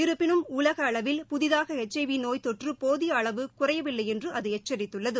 இருப்பினும் உலக அளவில் புதிதாக எச்ஐவி நோய் தொற்று போதிய அளவு குறையவில்லை என்று அது எச்சித்துள்ளது